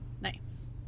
Nice